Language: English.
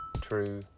true